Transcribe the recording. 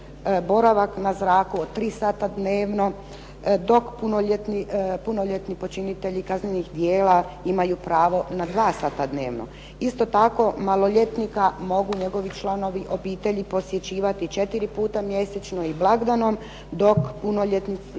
boravak na zraku od tri sata dnevno, dok punoljetni počinitelji kaznenih djela imaju pravo na 2 sata dnevno. Isto tako maloljetnika mogu njegovi članovi obitelji posjećivati četiri puta mjesečno i blagdanom, dok punoljetni